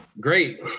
Great